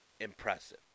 impressive